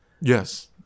yes